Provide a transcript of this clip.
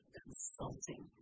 consulting